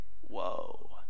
whoa